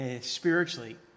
spiritually